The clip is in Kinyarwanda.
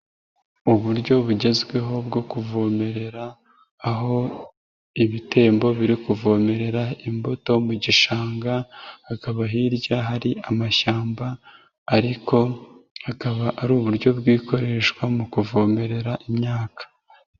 Uburyo bugezweho bwo kuvomerera, aho ibitembo biri kuvomerera imbuto mu gishanga, hakaba hirya hari amashyamba ariko hakaba ari uburyo bw'ikoreshwa mu kuvomerera imyaka.